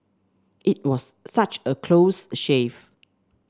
it was such a close shave